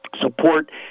Support